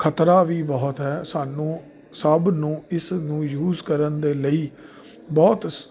ਖਤਰਾ ਵੀ ਬਹੁਤ ਹੈ ਸਾਨੂੰ ਸਭ ਨੂੰ ਇਸ ਨੂੰ ਯੂਜ ਕਰਨ ਦੇ ਲਈ ਬਹੁਤ